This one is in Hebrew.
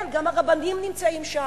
כן, גם הרבנים נמצאים שם.